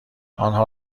آنها